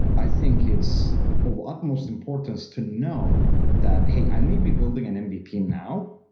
i think it's of utmost importance to know that, hey, i may be building an and mvp now,